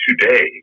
today